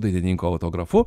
dailininko autografu